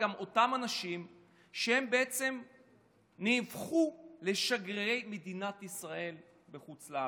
אותם אנשים בעצם נהפכו לשגרירי מדינת ישראל בחוץ לארץ.